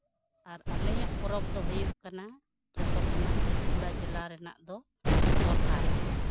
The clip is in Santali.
ᱟᱨ ᱟᱞᱮᱭᱟᱜ ᱯᱚᱨᱚᱵᱽ ᱫᱚ ᱦᱳᱭᱳᱜ ᱠᱟᱱᱟ ᱡᱷᱚᱛᱚ ᱠᱷᱚᱱᱟᱜ ᱵᱟᱸᱠᱩᱲᱟ ᱡᱮᱞᱟ ᱨᱮᱱᱟᱜ ᱫᱚ ᱥᱚᱦᱨᱟᱭ